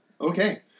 Okay